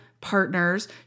partners